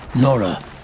Nora